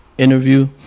interview